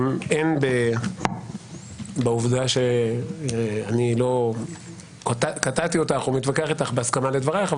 אין בעובדה שאני לא קטעתי אותך או מתווכח איתך הסכמה לדברייך,